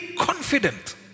confident